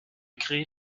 créer